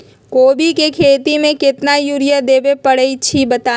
कोबी के खेती मे केतना यूरिया देबे परईछी बताई?